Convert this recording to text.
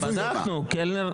איפה יונה?